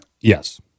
Yes